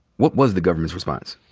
what was the government's response?